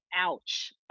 ouch